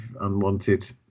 unwanted